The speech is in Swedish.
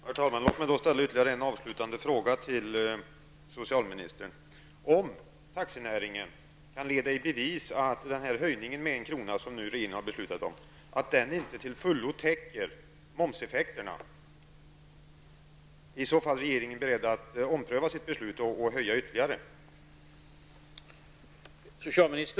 Herr talman! Låt mig då ställa ytterligare en avslutande fråga till socialministern. Om taxinäringen kan leda i bevis att den höjning med 1 kr. som regeringen har fattat beslut om inte till fullo täcker momseffekterna, är regeringen då beredd att ompröva sitt beslut och höja ytterligare?